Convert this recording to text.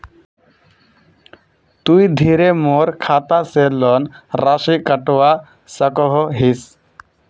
तुई सीधे मोर खाता से लोन राशि कटवा सकोहो हिस?